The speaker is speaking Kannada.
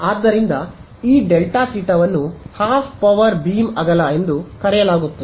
ಆದ್ದರಿಂದ ಈ ಡೆಲ್ಟಾ ಥೀಟಾವನ್ನು ಹಾಫ್ ಪವರ್ ಬೀಮ್ ಅಗಲ ಎಂದು ಕರೆಯಲಾಗುತ್ತದೆ